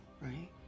right